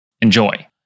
Enjoy